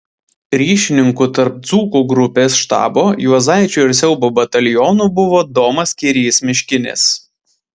ryšininku tarp dzūkų grupės štabo juozaičio ir siaubo batalionų buvo domas kirys miškinis